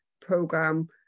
program